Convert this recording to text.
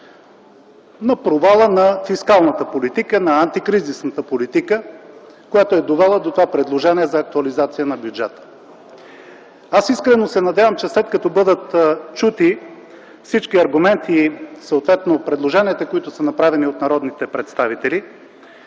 – провал на фискалната политика, на антикризисната политика, довела до това предложение с актуализацията на бюджета. Аз искрено се надявам, че след като бъдат чути всички аргументи и съответно предложенията, направени от народните представители,